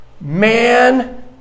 man